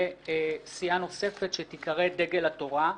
וסיעה נוספת שתיקרא "דגל התורה",